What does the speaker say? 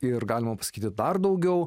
ir gal apskritai daugiau